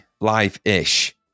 live-ish